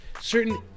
certain